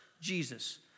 Jesus